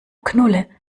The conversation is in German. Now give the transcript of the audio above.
knolle